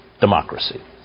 democracy